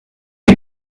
der